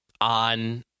on